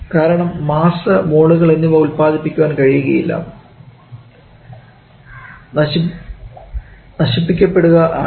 കാരണം മാസ്സ് മോളുകൾ എന്നിവ ഉൽപാദിപ്പിക്കുവാൻ കഴിയുകയില്ല നശിപ്പിക്കപ്പെടുക ആണ്